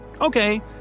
Okay